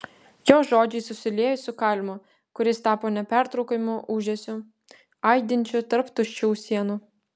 jo žodžiai susiliejo su kalimu kuris tapo nepertraukiamu ūžesiu aidinčiu tarp tuščių sienų